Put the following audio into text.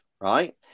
right